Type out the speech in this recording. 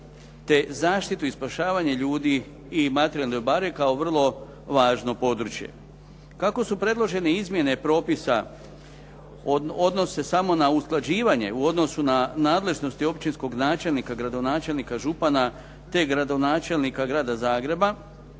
te zaštitu i spašavanje ljudi i materijalnih dobara kao vrlo važno područje. Kako su predložene izmjene propisa odnose se samo na usklađivanje u odnosu na nadležnosti općinskog načelnika, gradonačelnika, župana, te gradonačelnika Grada Zagreba,